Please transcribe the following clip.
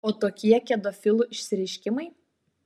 o tokie kedofilų išsireiškimai